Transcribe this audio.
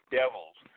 devils